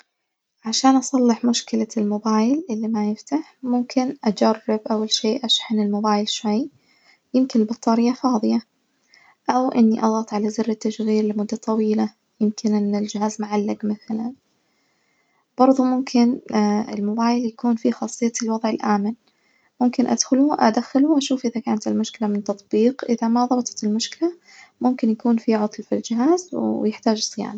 عشان أصلح مشكلة الموبايل اللي ما يفتح ممكن أجرب أول شي أشحن الموبايل شوي يمكن البطارية فاظية، أو إني أضغط على زر التشغيل لمدة طويلة ممكن إن الجهاز معلق مثلاً، بردو ممكن الموبايل يكون فيه خاصية الوضع الآمن ممكن أدخله- أدخلّوا أشوف إذا كانت المشكلة من تطبيق إذا ما ظبطت المشكلة ممكن يكون فيه عطل في الجهاز ويحتاج صيانة.